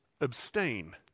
abstain